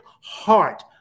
heart